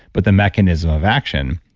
but the mechanism of action,